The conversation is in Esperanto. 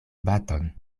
baton